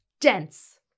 dense